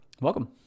Welcome